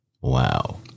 Wow